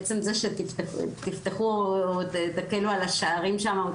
עצם זה שתפתחו או תקלו על השערים שאמרת,